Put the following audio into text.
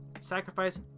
Sacrifice